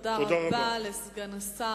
תודה רבה לסגן השר.